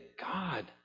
God